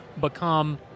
become